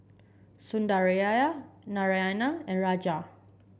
Sundaraiah Naraina and Raja